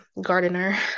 gardener